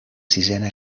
sisena